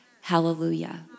Hallelujah